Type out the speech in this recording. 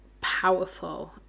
powerful